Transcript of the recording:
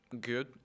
Good